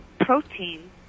protein